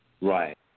right